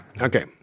Okay